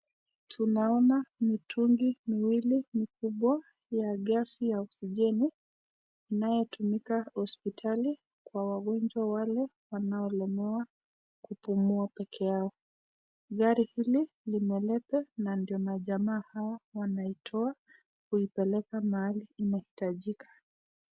Tunaona mitungi miwili mikubwa ya gesi ya oxigeni inayotumika hospitali kwa wagonjwa wale wanaolemewa kupumua peke yao, gari hili limeleta na ndio majamaa hawa wanaitoa kuipeleka mahali inahitajika.